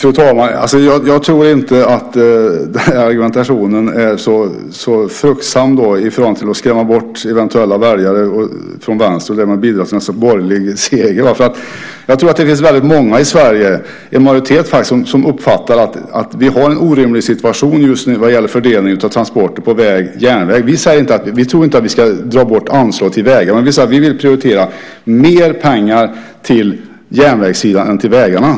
Fru talman! Jag tror inte att argumentationen är fruktsam när det gäller att skrämma bort eventuella väljare från Vänstern och därmed bidra till en borgerlig seger. Jag tror att det finns väldigt många i Sverige, en majoritet faktiskt, som uppfattar att vi har en orimlig situation just nu vad gäller fördelningen av transporter på väg och järnväg. Vi tror inte att vi ska dra bort anslag till vägarna. Vi vill prioritera mer pengar till järnvägssidan än till vägarna.